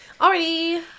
Alrighty